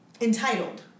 entitled